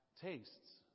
tastes